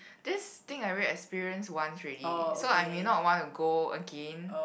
this thing I already experience once already so I may not want to go again